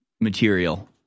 material